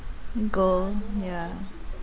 mm go ya